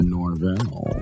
Norvell